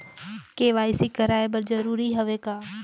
KYC कराय बर जरूरी हवे का?